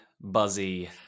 buzzy